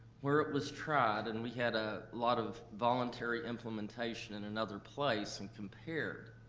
where it was tried, and we had a lot of voluntary implementation in another place and compared,